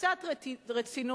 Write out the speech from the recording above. קצת רצינות.